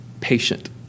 patient